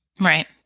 Right